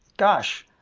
gosh!